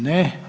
Ne.